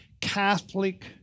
Catholic